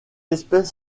espèce